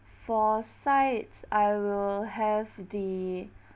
for sides I will have the